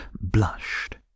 blushed